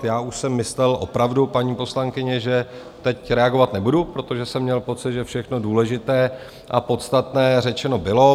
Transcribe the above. Já už jsem myslel opravdu, paní poslankyně, že teď reagovat nebudu, protože jsem měl pocit, že všechno důležité a podstatné řečeno bylo.